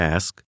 Ask